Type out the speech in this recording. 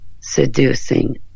seducing